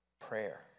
Prayer